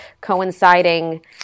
coinciding